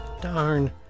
Darn